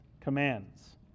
commands